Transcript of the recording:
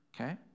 Okay